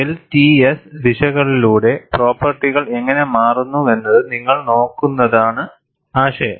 LTS ദിശകളിലൂടെ പ്രോപ്പർട്ടികൾ എങ്ങനെ മാറുന്നുവെന്നത് നിങ്ങൾ നോക്കുന്നതാണ് ആശയം